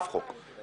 אף חוק.